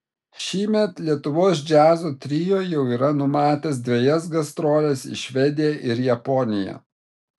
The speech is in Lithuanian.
šįmet lietuvos džiazo trio jau yra numatęs dvejas gastroles į švediją ir japoniją